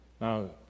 Now